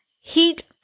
heat